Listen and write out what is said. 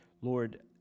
Lord